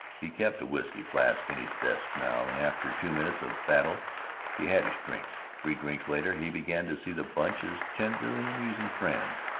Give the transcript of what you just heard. he kept a whisky flask in his desk now, and after two minutes of battle he had his drink. three drinks later he began to see the bunch as tender and amusing friends,